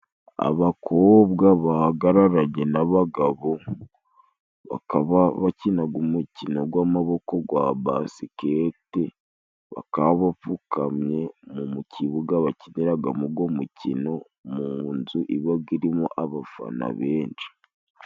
Abakobwa bahagararaga n'abagabo bakaba bakinaga umukino gw'amaboko gwa basikete bakaba bapfukamye mu kibuga bakiniragamo ugo mukino mu nzu ibaga irimo abafana benshi